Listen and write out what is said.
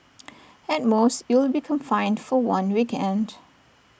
at most you'll be confined for one weekend